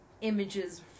images